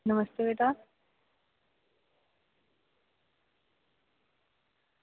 नमस्ते